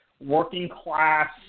working-class